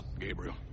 Gabriel